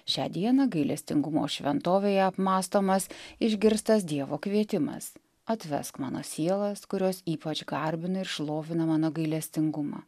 šią dieną gailestingumo šventovėje apmąstomas išgirstas dievo kvietimas atvesk mano sielas kurios ypač garbina ir šlovina mano gailestingumą